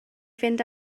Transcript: fynd